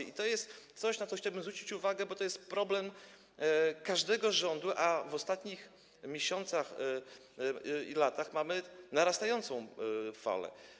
I to jest coś, na co chciałbym zwrócić uwagę, bo to jest problem każdego rządu, a w ostatnich miesiącach i latach mamy narastającą falę.